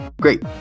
Great